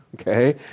okay